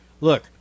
Look